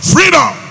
Freedom